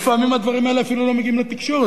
ולפעמים הדברים האלה אפילו לא מגיעים לתקשורת,